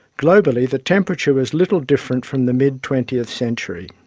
globally, the temperature was little different from the mid twentieth century.